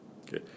Okay